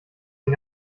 den